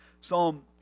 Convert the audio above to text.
psalm